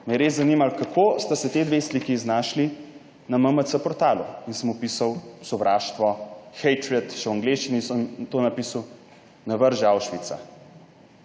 me je res zanimalo, kako sta se te dve sliki znašli na MMC portalu. In sem vpisal sovraštvo, hatred, še v angleščini sem to napisal. Ne vrže Auschwitza.